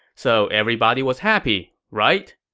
so everybody was happy, right?